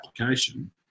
application